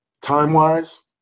time-wise